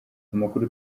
amakuru